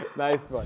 nice one.